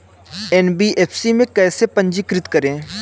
NBFC में कैसे पंजीकृत करें?